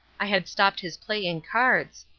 i had stopped his playing cards.